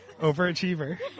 Overachiever